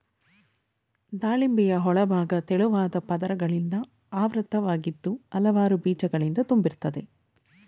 ದಾಳಿಂಬೆಯ ಒಳಭಾಗ ತೆಳುವಾದ ಪದರಗಳಿಂದ ಆವೃತವಾಗಿದ್ದು ಹಲವಾರು ಬೀಜಗಳಿಂದ ತುಂಬಿರ್ತದೆ